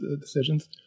decisions